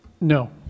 No